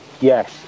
yes